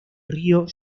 río